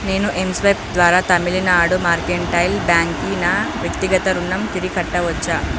నేను ఎంస్వైప్ ద్వారా తమిళనాడు మార్కెంటైల్ బ్యాంక్కి నా వ్యక్తిగత రుణం తిరిగి కట్టవచ్చా